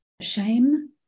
shame